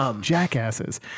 jackasses